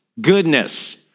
goodness